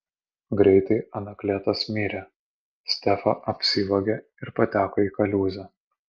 greitai anaklėtas mirė stefa apsivogė ir pateko į kaliūzę